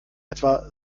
etwa